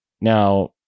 Now